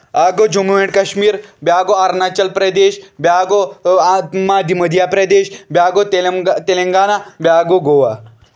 اکھ گوٚو جموں اینڈ کَشمیٖر بیاکھ گوو اروناچل پردیش بیاکھ گوو مدھیہ پردیش بیاکھ گوٚو تلنگا تِلنگانا بیٛاکھ گوٚو گوا